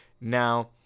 Now